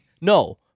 No